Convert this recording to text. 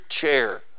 chair